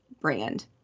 brand